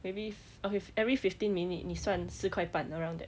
maybe w~ okay every fifteen minute 你算四块半 around there